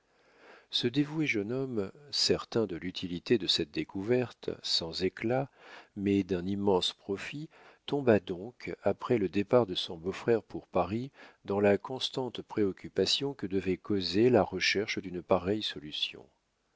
ce dévoué jeune homme certain de l'utilité de cette découverte sans éclat mais d'un immense profit tomba donc après le départ de son beau-frère pour paris dans la constante préoccupation que devait causer la recherche d'une pareille solution